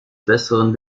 besseren